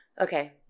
Okay